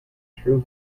true